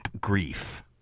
grief